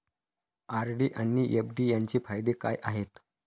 RD आणि FD यांचे फायदे काय आहेत?